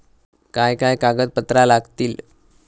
काय काय कागदपत्रा लागतील?